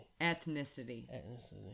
Ethnicity